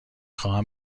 خواهم